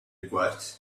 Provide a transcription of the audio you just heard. rigward